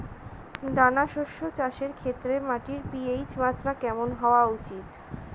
দানা শস্য চাষের ক্ষেত্রে মাটির পি.এইচ মাত্রা কেমন হওয়া উচিৎ?